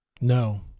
no